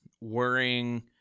worrying